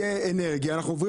יהיה אנרגיה, אנחנו עוברים